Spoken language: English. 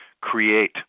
create